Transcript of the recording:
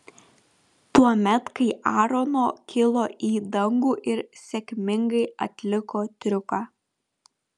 tuomet kai aarono kilo į dangų ir sėkmingai atliko triuką